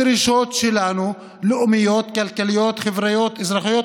הדרישות שלנו לאומיות, כלכליות, חברתיות, אזרחיות.